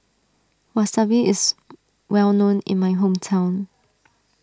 Wasabi is well known in my hometown